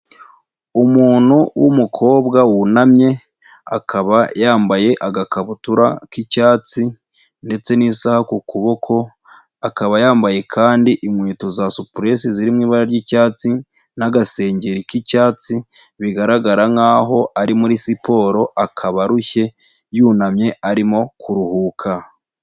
Umuntu w'umukobwa wunamye, akaba yambaye agakabutura k'icyatsi ndetse n'isaha ku kuboko, akaba yambaye kandi inkweto za supuresi ziri mu ibara ry'icyatsi n'agasengeri k'icyatsi, bigaragara nk'aho ari muri siporo akaba arushye, yunamye, arimo kuruhuka.